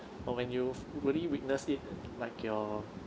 but when you've really witnessed it like your